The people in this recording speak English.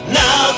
now